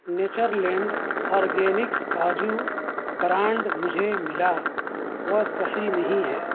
nature land organics کاجو brand مجھے ملا وہ صحیح نہیں ہے